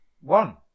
One